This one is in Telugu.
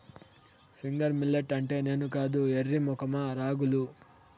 ఫింగర్ మిల్లెట్ అంటే నేను కాదు ఎర్రి మొఖమా రాగులు